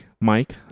Mike